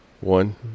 One